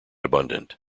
abundant